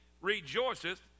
rejoiceth